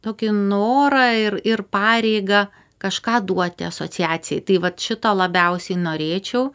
tokį norą ir ir pareigą kažką duoti asociacijai tai vat šito labiausiai norėčiau